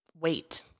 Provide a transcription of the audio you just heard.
wait